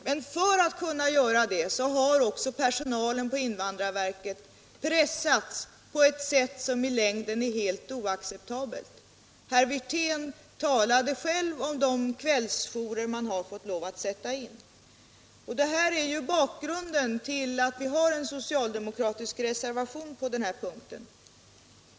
Men för att kunna göra det har också personalen på invandrarverket pressats på ett sätt som i längden är helt oacceptabelt. Herr Wirtén talade själv om de kvällsjourer man har fått lov att sätta in. Detta är bakgrunden till den socialdemokratiska reservationen på denna punkt.